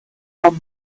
are